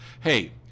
hey